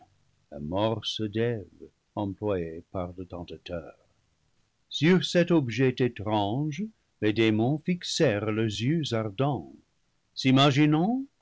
d'eve employée par le tentateur sur cet objet étrange les démons fixèrent leurs yeux ardents s'imaginant